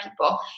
people